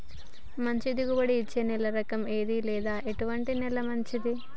మంచి దిగుబడి ఇచ్చే నేల రకం ఏది లేదా ఎటువంటి నేల మంచిది?